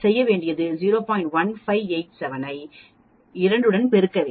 1587 ஐ 2 உடன் பெருக்க வேண்டும்